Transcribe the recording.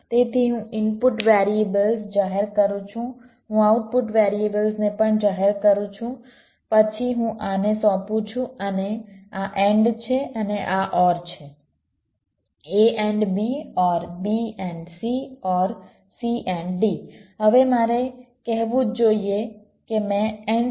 તેથી હું input variables જાહેર કરું છું હું આઉટપુટ વેરીએબલ્સને પણ જાહેર કરું છું પછી હું આને સોંપું છું અને આ AND છે અને આ OR છે a AND b OR b AND c OR c AND d હવે તમારે કહેવું જ જોઈએ કે મેં AND અને OR નો ઉલ્લેખ કર્યો છે